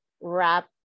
wrap